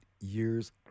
years